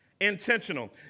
intentional